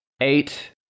eight